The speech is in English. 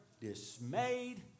dismayed